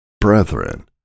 Brethren